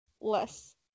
less